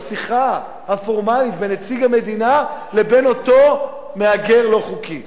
בשיחה הפורמלית בין נציג המדינה לבין אותו מהגר לא חוקי,